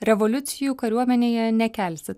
revoliucijų kariuomenėje nekelsit